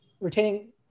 Retaining